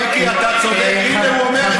מילא היית אומר את